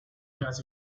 has